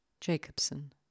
Jacobson